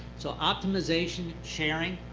so optimization, sharing,